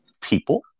people